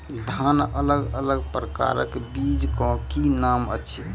धान अलग अलग प्रकारक बीज केँ की नाम अछि?